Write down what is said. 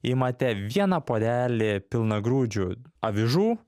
imate vieną puodelį pilnagrūdžių avižų